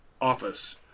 office